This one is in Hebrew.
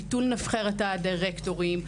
ביטול נבחרת הדירקטורים,